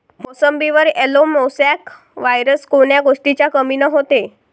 मोसंबीवर yellow mosaic virus कोन्या गोष्टीच्या कमीनं होते?